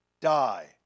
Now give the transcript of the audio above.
die